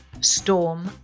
Storm